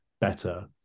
better